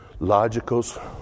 Logicals